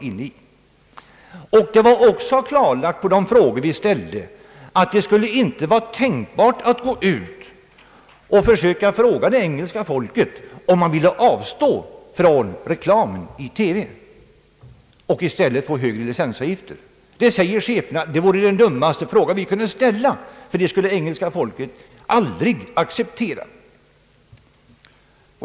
Vi fick också klart för oss genom de frågor vi ställde att det inte vore tänkbart att gå ut och fråga det engelska folket, om man ville avstå från reklamen i TV och i stället få högre licensavgifter. Det, sade cheferna, vore den dummaste fråga vi kunde ställa, därför att en sådan sak skulle det engelska folket aldrig acceptera.